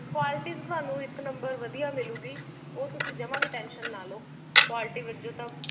quality ਤਾਂ ਤੁਹਾਨੂੰ ਇੱਕ ਨੰਬਰ ਵਧੀਆ ਮਿਲੂਗੀ ਉਹ ਤੁਸੀਂ ਜਮਾਂ ਵੀ ਟੈਨਸ਼ਨ ਨਾ ਲਓ ਕੁਆਲਿਟੀ ਵਜੋਂ ਤਾਂ